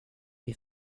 vid